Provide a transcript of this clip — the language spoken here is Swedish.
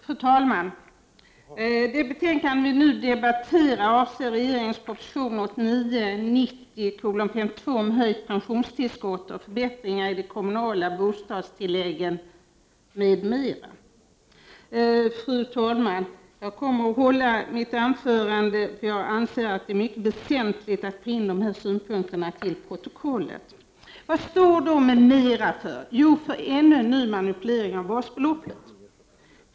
Fru talman! Det betänkande vi nu debatterar avser regeringens proposition 1989/90:52 om höjt pensionstillskott och förbättringar i de kommunala bostadstilläggen m.m. Fru talman! Jag kommer att hålla mitt anförande, eftersom jag anser att det är mycket väsentligt att få in dessa synpunkter i protokollet. Vad står då m.m. för? Jo, för ännu en ny manipulering av basbeloppet.